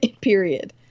period